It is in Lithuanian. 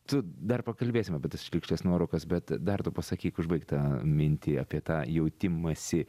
tu dar pakalbėsim apie tas šlykščias nuorūkas bet dar tu pasakyk užbaik tą mintį apie tą jautimąsi